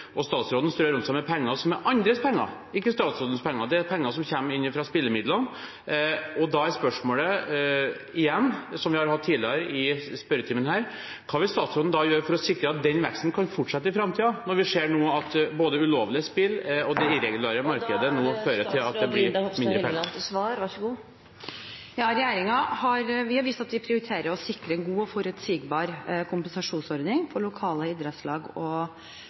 Statsråden strør om seg med penger som er andres penger – ikke statsrådens penger. Det er penger som kommer fra spillemidlene. Da blir spørsmålet igjen, for det har vært stilt tidligere i denne spørretimen: Hva vil statsråden gjøre for å sikre at den veksten kan fortsette i framtiden, når vi nå ser at både ulovlige spill og det irregulære markedet fører til at det blir mindre penger? Regjeringen har vist at vi prioriterer å sikre en god og forutsigbar kompensasjonsordning for lokale idrettslag og